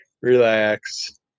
relax